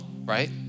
right